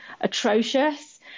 atrocious